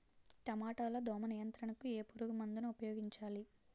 టమాటా లో దోమ నియంత్రణకు ఏ పురుగుమందును ఉపయోగించాలి?